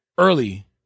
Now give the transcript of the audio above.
early